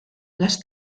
les